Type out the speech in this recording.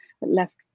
left